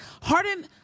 Harden